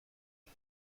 lee